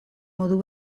modu